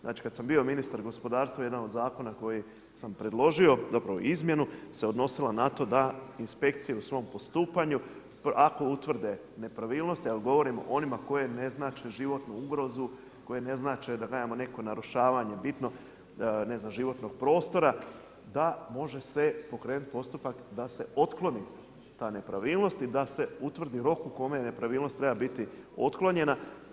Znači kad sam bio ministar gospodarstva jedan od zakona koji sam predložio, zapravo izmjenu se odnosila na to da inspekcija u svom postupanju, ako utvrde nepravilnosti a govorim o onima koje ne znače životnu ugrozu, koje ne znače da nemamo neko narušavanje bitno za životnog prostora, da može se pokrenut postupak da se otkloni ta nepravilnost i da se utvrdi rok u kome nepravilnost treba biti otklonjena.